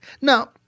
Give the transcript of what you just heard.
Now